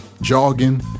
jogging